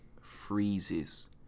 freezes